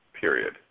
period